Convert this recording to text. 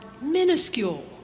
minuscule